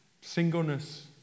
Singleness